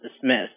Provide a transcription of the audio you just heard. dismissed